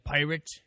Pirate